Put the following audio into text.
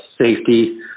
safety